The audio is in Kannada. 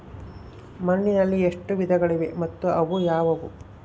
ಮಣ್ಣಿನಲ್ಲಿ ಎಷ್ಟು ವಿಧಗಳಿವೆ ಮತ್ತು ಅವು ಯಾವುವು?